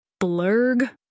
Blurg